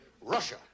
Russia